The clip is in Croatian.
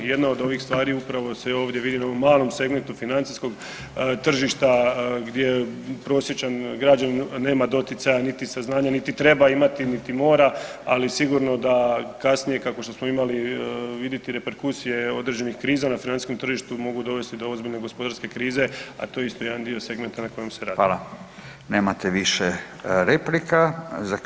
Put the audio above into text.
I jedna od ovih stvari upravo se ovdje vidi na ovom malom segmentu financijskog tržišta gdje prosječan građanin nema doticaja niti saznanja niti treba imati niti mora ali sigurno da kasnije kako što smo imali vidjeti reperkusije određenih kriza na financijskom tržištu, mogu dovesti do ozbiljne gospodarske krize a to je isto jedan dio segmenta na kojem se radi.